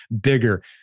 bigger